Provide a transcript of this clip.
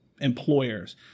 employers